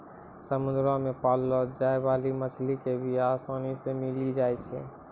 समुद्र मे पाललो जाय बाली मछली के बीया आसानी से मिली जाई छै